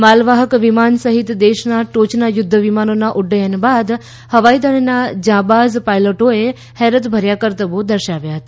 માલવાહક વિમાન સહિત દેશના ટોચના યુદ્ધ વિમાનોના ઉઠ્ઠયન બાદ હવાઈ દળના ઝાબાંઝ પાયલોટેએ હેરતભર્યા કરતબો દર્શાવ્યા હતા